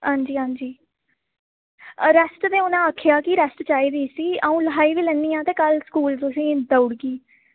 हां जी हां जी रैस्ट ते उ'नें आखेआ कि रैस्ट चाहिदी इसी आ'ऊं लखाई बी लैन्नी आं ते कल स्कूल तुसेंगी देउड़गी